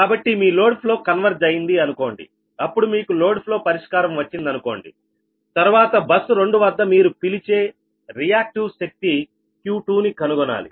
కాబట్టి మీ load flow converge అయింది అనుకోండి అప్పుడు మీకు లోడ్ ఫ్లో పరిష్కారం వచ్చిందనుకోండి తరువాత బస్ 2 వద్ద మీరు పిలిచే రియాక్టివ్ శక్తి Q2ని కనుగొనాలి